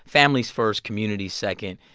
families first, communities second,